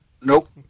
Nope